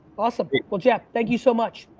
awesome, well, jeff, thank you so much.